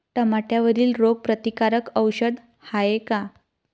टमाट्यावरील रोग प्रतीकारक औषध हाये का?